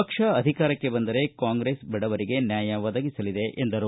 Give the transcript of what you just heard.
ಪಕ್ಷ ಅಧಿಕಾರಕ್ಕೆ ಬಂದರೆ ಕಾಂಗ್ರೆಸ್ ಬಡವರಿಗೆ ನ್ಯಾಯ ಒದಗಿಸಲಿದೆ ಎಂದರು